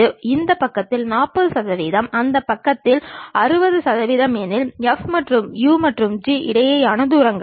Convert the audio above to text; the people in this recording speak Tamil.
ஒருவேளை அது பக்கவாட்டு தோற்றமாக இருந்தால் அங்கு இரண்டு மேற்கோள் குறியீடுகளை பயன்படுத்துவோம்